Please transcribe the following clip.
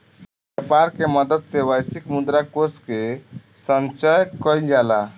व्यापर के मदद से वैश्विक मुद्रा कोष के संचय कइल जाला